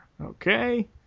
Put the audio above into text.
okay